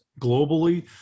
globally